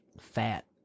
fat